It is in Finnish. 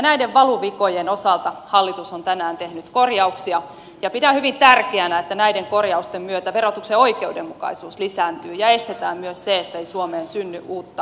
näiden valuvikojen osalta hallitus on tänään tehnyt korjauksia ja pidän hyvin tärkeänä että näiden korjausten myötä verotuksen oikeudenmukaisuus lisääntyy ja estetään myös se että suomeen syntyisi uutta verorälssiä